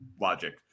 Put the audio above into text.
logic